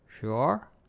Sure